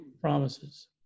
promises